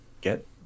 get